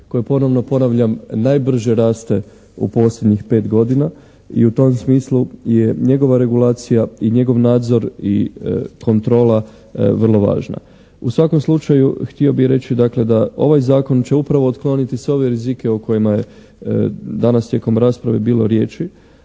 koje ponovno ponavljam najbrže raste u posljednjih 5 godina. I u tom smislu je njegova regulacija i njegov nadzor i kontrola vrlo važna. U svakom slučaju htio bih reći dakle da ovaj zakon će upravo otkloniti sve ove rizike o kojima je danas tijekom rasprave bilo riječi.